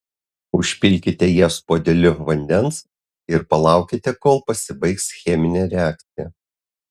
užpilkite jas puodeliu vandens ir palaukite kol pasibaigs cheminė reakcija